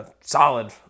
Solid